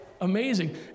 amazing